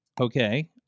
Okay